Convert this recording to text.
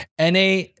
Na